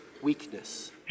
weakness